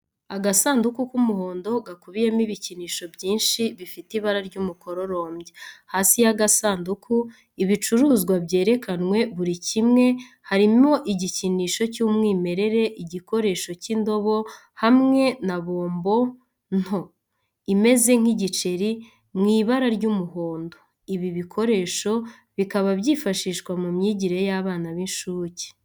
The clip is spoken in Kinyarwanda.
Agasanduku k'umuhondo gakubiyemo ibikinisho byinshi bifite ibara ry'umukororombya. Hasi y'agasanduku, ibicuruzwa byerekanwe buri kimwe, harimo igikinisho cy'umwimerere, igikoresho cy'indobo, hamwe na bombo nto, imeze nk'igiceri mu ibara ry'umuhondo. Ibi bikoresho bikaba byifashishwa mu myigire y'abana b'incuke.